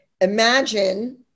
imagine